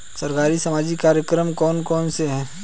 सरकारी सामाजिक कार्यक्रम कौन कौन से हैं?